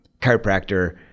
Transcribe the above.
chiropractor